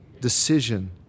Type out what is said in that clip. decision